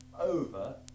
over